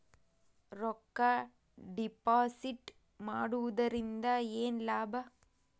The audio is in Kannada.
ರೊಕ್ಕ ಡಿಪಾಸಿಟ್ ಮಾಡುವುದರಿಂದ ಏನ್ ಲಾಭ?